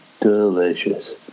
Delicious